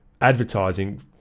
advertising